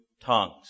tongues